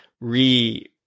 re